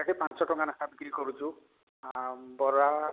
ଏଠି ପାଞ୍ଚ ଟଙ୍କା ଲେଖାଁ ବିକ୍ରି କରୁଛୁ ଆ ବରା